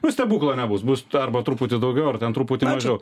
nu stebuklo nebus bus arba truputį daugiau ar ten truputį mažiau